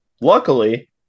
luckily